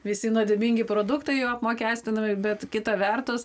visi nuodėmingi produktai apmokestinami bet kita vertus